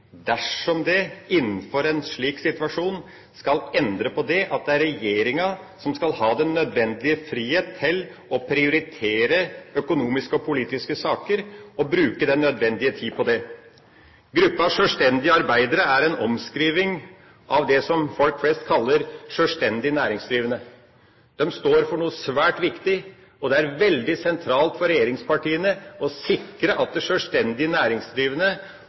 dersom man i en slik situasjon skal endre på at det er regjeringa som skal ha den nødvendige frihet til å prioritere økonomiske og politiske saker og bruke den nødvendige tid på det. Gruppen Selvstendige Arbeidere er en omskriving av det folk flest kaller sjølstendig næringsdrivende. De står for noe svært viktig. Det er veldig sentralt for regjeringspartiene å sikre at de sjølstendig næringsdrivende